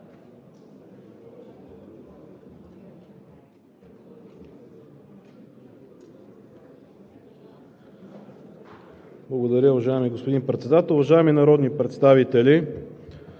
Благодаря, уважаеми господин Председател. Уважаеми народни представители!